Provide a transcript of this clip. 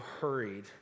hurried